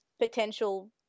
potential